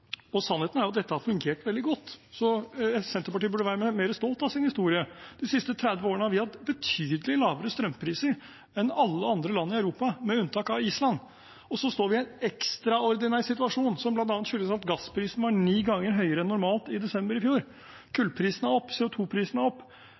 Sannheten er jo at dette har fungert veldig godt, så Senterpartiet burde være mer stolt av sin historie. De siste 30 årene har vi hatt betydelig lavere strømpriser enn alle andre land i Europa, med unntak av Island. Og så står vi i en ekstraordinær situasjon, som bl.a. skyldes at gassprisen var ni ganger høyere enn normalt i desember i fjor,